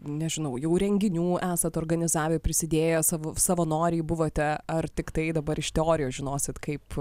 nežinau jau renginių esat organizavę prisidėję savo savanoriai buvote ar tiktai dabar iš teorijos žinosit kaip